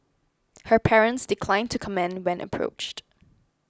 her parents declined to comment when approached